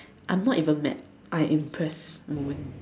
I'm not even mad I'm impressed moment